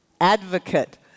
advocate